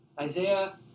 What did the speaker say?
Isaiah